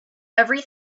every